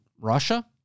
Russia